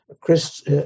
Chris